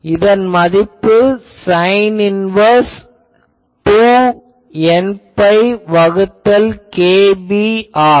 இதன் மதிப்பு sine inverse 2 nπ வகுத்தல் kb ஆகும்